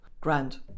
grand